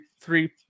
three